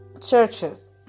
churches